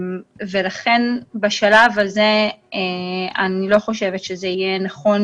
ולכן בשלב הזה אני לא חושבת שזה יהיה נכון